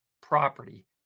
property